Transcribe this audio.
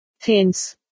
Hence